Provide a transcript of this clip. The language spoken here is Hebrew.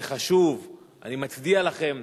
זה חשוב, אני מצדיע לכם,